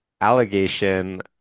allegation